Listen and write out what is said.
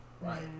Right